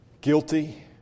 guilty